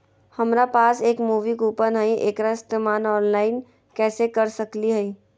हमरा पास एक मूवी कूपन हई, एकरा इस्तेमाल ऑनलाइन कैसे कर सकली हई?